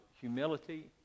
humility